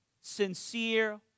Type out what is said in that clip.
sincere